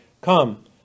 Come